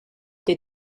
did